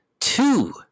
two